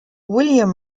william